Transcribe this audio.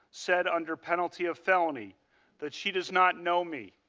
said under penalty of fennelly that she does not know me.